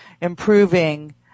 improving